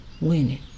winning